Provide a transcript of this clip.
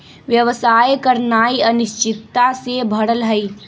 व्यवसाय करनाइ अनिश्चितता से भरल हइ